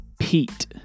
Pete